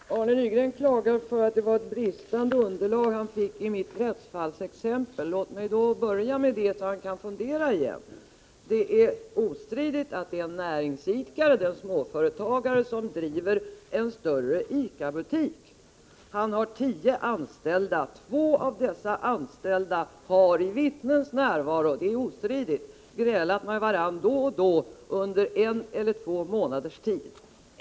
Herr talman! Arne Nygren klagade på att det var ett bristande underlag han fick i mitt rättsfallsexempel. Låt mig därför börja med det, så att han kan fundera igen. Det är ostridigt att det gäller en näringsidkare, en småföretagare som driver en större ICA-butik. Han har tio anställda. Två av dessa har i vittnens närvaro — det är ostridigt — grälat med varandra då och då under en eller två månaders tid.